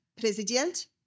President